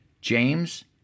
James